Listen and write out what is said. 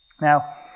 Now